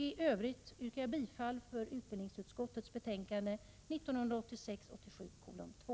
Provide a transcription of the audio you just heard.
I övrigt yrkar jag bifall till utbildningsutskottets hemställan i dess betänkande 1986/87:2.